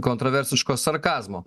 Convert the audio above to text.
kontroversiško sarkazmo